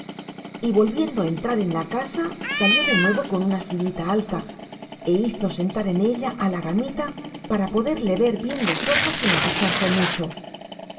y volviendo a entrar en la casa salió de nuevo con una sillita alta e hizo sentar en ella a la gamita para poderle ver bien los ojos sin agacharse mucho